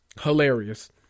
hilarious